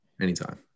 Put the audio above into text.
Anytime